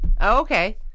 okay